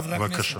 חברי הכנסת,